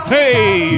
Hey